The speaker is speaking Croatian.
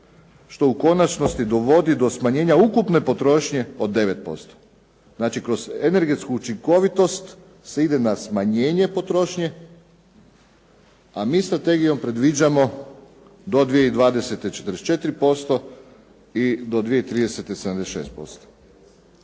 što u konačnosti dovodi do smanjenja ukupne potrošnje od 9%. Znači, kroz energetsku učinkovitost se ide na smanjenje potrošnje, a mi strategijom predviđamo do 2020. 44% i do 2030. 76%.